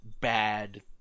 bad